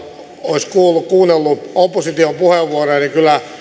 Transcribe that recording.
olisi kuunnellut opposition puheenvuoroja se